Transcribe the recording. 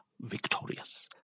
victorious